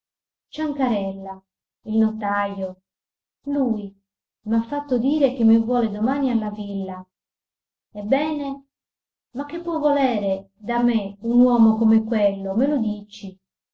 chi ciancarella il notajo lui m'ha fatto dire che mi vuole domani alla villa ebbene ma che può volere da me un uomo come quello me lo dici